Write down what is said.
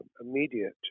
immediate